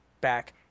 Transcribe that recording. back